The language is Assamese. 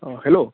অঁ হেল্ল'